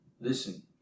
Listen